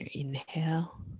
Inhale